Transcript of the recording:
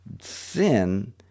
sin